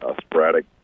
sporadic